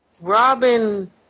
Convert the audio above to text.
Robin